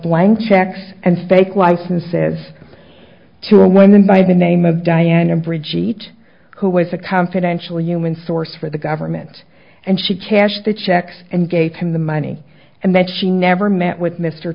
blank checks and fake licenses to a women by the name of diana bridgette who was a confidential human source for the government and she cash the checks and gave him the money and that she never met with m